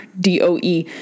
DOE